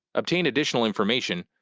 obtain additional information,